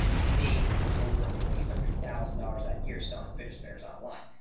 he made over three hundred thousand dollars that year selling fidget spinners online.